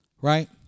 Right